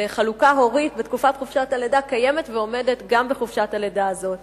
לחלוקה הורית בתקופת חופשת הלידה קיימת ועומדת גם בחופשת הלידה הזאת.